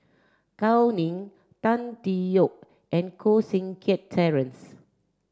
Gao Ning Tan Tee Yoke and Koh Seng Kiat Terence